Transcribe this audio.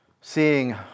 seeing